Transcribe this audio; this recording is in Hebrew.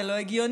זה לא הגיוני.